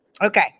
Okay